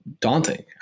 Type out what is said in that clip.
daunting